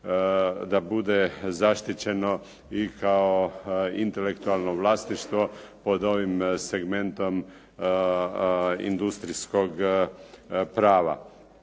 da bude zaštićeno i kao intelektualno vlasništvo pod ovim segmentom industrijskog prava.